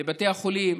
לבתי החולים,